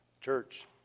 Church